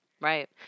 Right